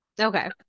Okay